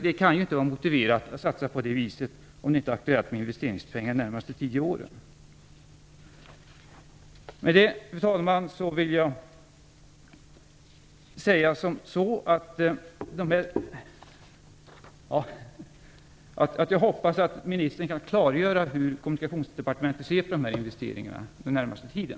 Det kan ju inte vara motiverat att satsa på nämnda vis om det inte är aktuellt med investeringspengar under de närmaste tio åren. Jag hoppas således att ministern kan klargöra hur Kommunikationsdepartementet ser på de här investeringarna under den närmaste tiden.